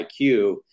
IQ